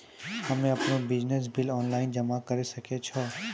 हम्मे आपनौ बिजली बिल ऑनलाइन जमा करै सकै छौ?